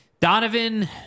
Donovan